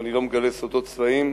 ואני לא מגלה סודות צבאיים,